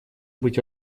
быть